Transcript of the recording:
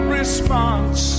response